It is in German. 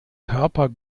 körper